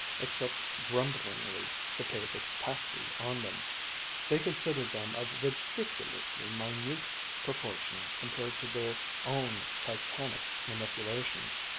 except grumblingly to pay the taxes on them they considered them of ridiculously minute proportions compared to their own titanic manipulations,